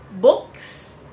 books